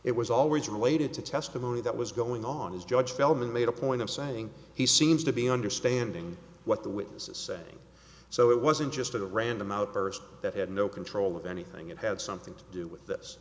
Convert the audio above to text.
it was always related to testimony that was going on as judge feldman made a point of saying he seems to be understanding what the witnesses saying so it wasn't just a random outburst that had no control of anything it had something to do with this